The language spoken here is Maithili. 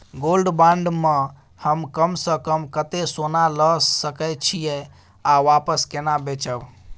गोल्ड बॉण्ड म हम कम स कम कत्ते सोना ल सके छिए आ वापस केना बेचब?